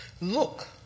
Look